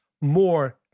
more